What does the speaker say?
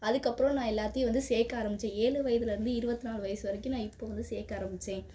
அதுக்கப்புறம் நான் எல்லாத்தையும் வந்து சேர்க்க ஆரம்மித்தேன் ஏழு வயதுலருந்து இருபத்தி நாலு வயது வரைக்கும் நான் இப்போ வந்து சேர்க்க ஆரம்மித்தேன்